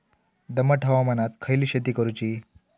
दमट हवामानात खयली शेती करूची?